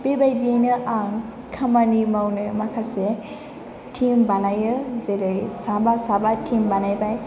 बेबायदियैनो आं खामानि मावनो माखासे टीम बानायो जेरै साबा साबा टीम बानायबाय